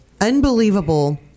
unbelievable